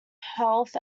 heath